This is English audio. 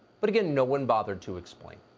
but again, no one bothered to explain.